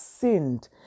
sinned